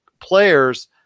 players